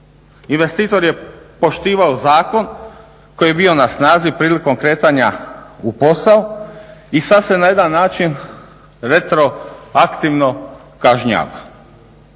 Investitor je poštivao zakon koji je bio na snazi prilikom kretanja u posao i sad se na jedan način retroaktivno kažnjava.